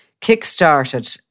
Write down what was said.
kick-started